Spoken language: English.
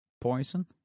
Poison